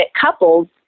couples